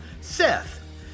Seth